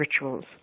rituals